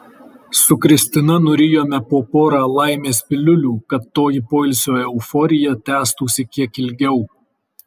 su kristina nurijome po porą laimės piliulių kad toji poilsio euforija tęstųsi kiek ilgiau